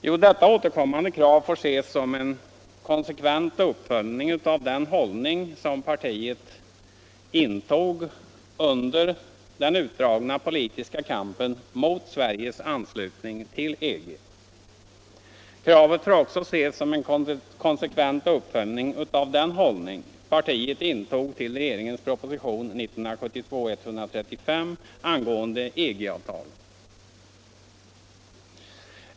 Jo, detta återkommande krav får ses som en konsekvent uppföljning av den hållning partiet intog under den utdragna politiska kampen mot Sveriges anslutning till EG. Kravet får också ses som en konsekvent uppföljning av den hållning partiet intog till regeringens proposition 1972:135 angående EG-avtalen.